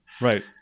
Right